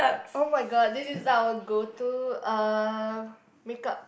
[oh]-my-god this is our go to uh make-up